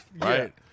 Right